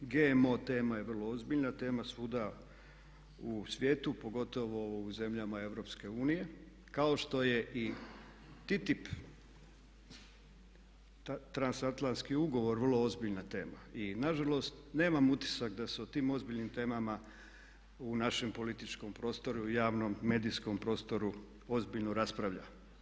GMO tema je vrlo ozbiljna tema, svuda u svijetu pogotovo u zemljama EU kao što je i TITIP transatlantski ugovor vrlo ozbiljna tema i nažalost nema utisak da se o tim ozbiljnim temama u našem političkom prostoru, javnom, medijskom prostoru ozbiljno raspravlja.